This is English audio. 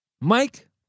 Mike